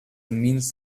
means